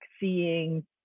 seeing